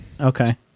Okay